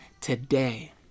today